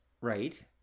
Right